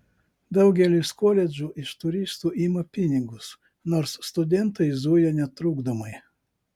daugelis koledžų iš turistų ima pinigus nors studentai zuja netrukdomai